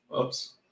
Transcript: Oops